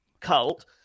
cult